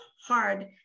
hard